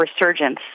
resurgence